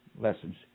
lessons